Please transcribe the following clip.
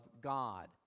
God